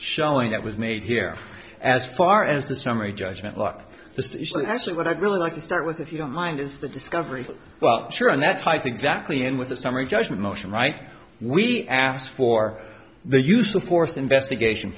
showing that was made here as far as the summary judgment luck that's what i'd really like to start with if you don't mind is the discovery well sure and that's why the exactly in with the summary judgment motion right we asked for the use of force investigation